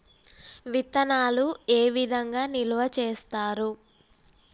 విత్తనాలు ఏ విధంగా నిల్వ చేస్తారు?